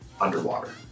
underwater